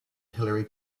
hillary